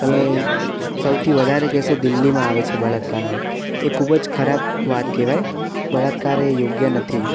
તમે સૌથી વધારે કેસો દિલ્હીમાં આવે છે બળાત્કારના એ ખૂબ જ ખરાબ વાત કહેવાય બળાત્કાર એ યોગ્ય નથી